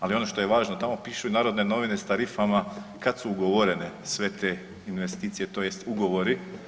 Ali ono što je važno tamo pišu i Narodne novine sa tarifama kad su ugovorene sve te investicije, tj. ugovori.